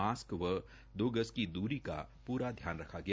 mask व दो गज की दूरी का पुरा ध्यान रखा गया